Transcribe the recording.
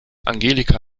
angelika